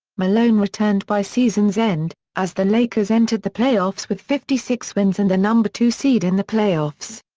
malone returned by season's end, as the lakers entered the playoffs with fifty six wins and the number two seed in the playoffs.